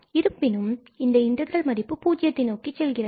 இருப்பினும் இந்த இன்டகிரல் மதிப்பு பூஜ்ஜியத்தை நோக்கி செல்கிறது